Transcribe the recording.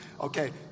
Okay